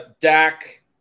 Dak